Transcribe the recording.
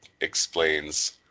explains